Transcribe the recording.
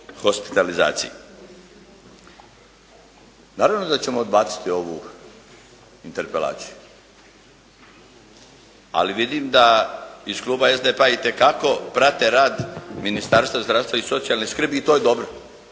Naravno da ćemo odbaciti ovu interpelaciju, ali vidim da iz kluba SDP-a itekako prate rad Ministarstva zdravstva i socijalne skrbi i to je dobro